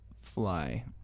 fly